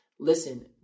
Listen